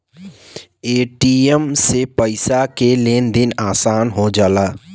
ATM से पइसा के लेन देन आसान हो जाला